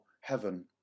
heaven